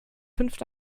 fünf